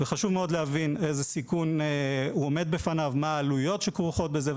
חשוב מאוד להבין בפני איזה סיכון הוא עומד ומהן העלויות שכרוכות בזה,